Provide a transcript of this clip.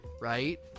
right